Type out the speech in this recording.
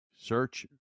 Search